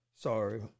Sorry